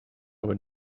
would